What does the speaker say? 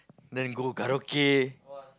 then go karaoke